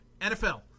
nfl